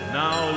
now